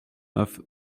neuf